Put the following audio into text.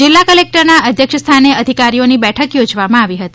જિલ્લા કલેકટરના અધ્યક્ષસ્થાને અધિકારીઓની બેઠક યોજવામાં આવી હતી